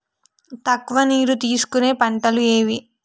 తక్కువ నీరు తీసుకునే పంటలు ఏవి?